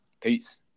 Peace